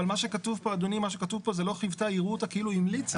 כתוב פה שאם לא חיוותה דעתה יראו אותה כאילו המליצה.